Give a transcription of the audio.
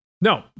no